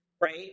right